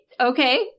Okay